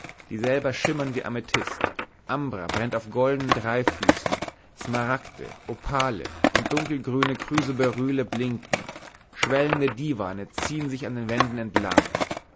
die selber schimmern wie amethyst ambra brennt auf goldenen dreifüßen smaragde opale und dunkelgrüne chrysoberylle blinken schwellende diwane ziehen sich an den wänden entlang